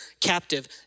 captive